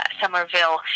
Somerville